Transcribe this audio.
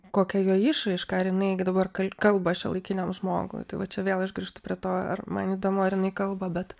kokia jo išraiška ar jinai dabar kal kalba šiuolaikiniam žmogui tai va čia vėl aš grįžtu prie to ar man įdomu ar jinai kalba bet